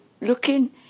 looking